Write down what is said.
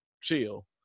chill